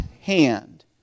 hand